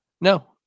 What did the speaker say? No